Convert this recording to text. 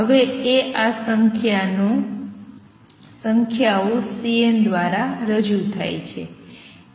હવે એ આ સંખ્યાઓ Cn દ્વારા રજૂ થાય છે